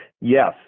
Yes